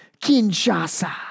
Kinshasa